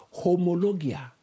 homologia